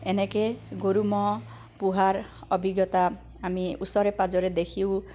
এনেকৈ গৰু ম'হ পোহাৰ অভিজ্ঞতা আমি ওচৰে পাজৰে দেখিও